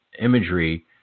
imagery